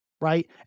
right